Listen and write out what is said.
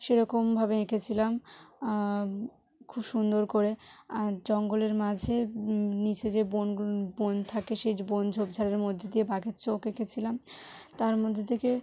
সেরকমভাবে এঁকেছিলাম খুব সুন্দর করে জঙ্গলের মাঝে নিচে যে বন বন থাকে সেই বন ঝোপঝাড়ের মধ্যে দিয়ে বাঘের চোখ এঁকেছিলাম তার মধ্যে থেকে